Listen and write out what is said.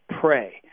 pray